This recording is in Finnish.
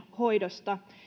hoidosta